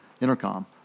intercom